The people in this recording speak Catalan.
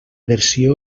versió